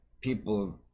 people